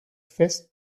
fest